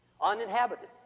Uninhabited